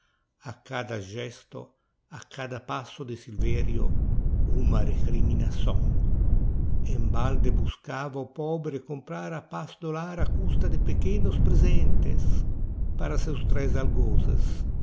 a cada gesto a cada passo de silverio uma recriminação embalde buscava o pobre comprar a paz do lar á custa de pequenos presentes para seus tres algozes